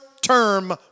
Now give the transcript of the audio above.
term